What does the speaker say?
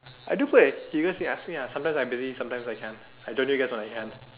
I do play you guys can ask me ah sometimes I busy sometimes I can I join you guys when I can